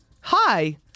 hi